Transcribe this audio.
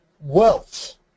Wealth